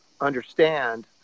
understand